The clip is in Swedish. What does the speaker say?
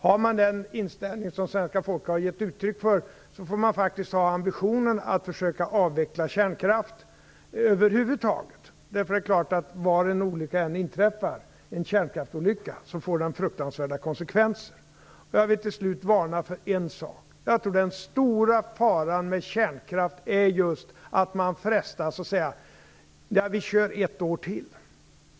Har man den inställning som det svenska folket har gett uttryck för får man faktiskt ha ambitionen att över huvud taget försöka avveckla kärnkraften. Det är klart att en kärnkraftsolycka får fruktansvärda konsekvenser var den än inträffar. Jag vill till slut varna för en sak. Jag tror att den stora faran med kärnkraft är just att man frestas att säga: "Vi kör ett år till".